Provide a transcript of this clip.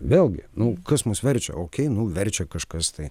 vėlgi nu kas mus verčia okei nu verčia kažkas tai